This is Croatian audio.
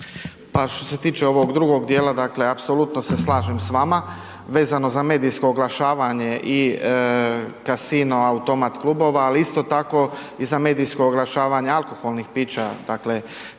Pa što se tiče ovog drugog dijela, apsolutno se slažem s vama, vezano za medijsko oglašavanje i Casino Automatclubova, ali isto tako i za medijsko oglašavanje alkoholnih pića, dakle,